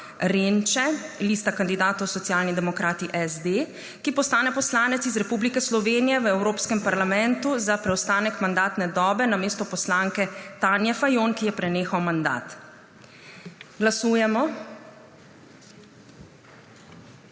Renče, lista kandidatov Socialni demokrati, SD, ki postane poslanec iz Republike Slovenije v Evropskem parlamentu za preostanek mandatne dobe namesto poslanke Tanje Fajon, ki ji je prenehal mandat. Glasujemo.